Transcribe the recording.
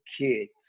kids